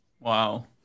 Wow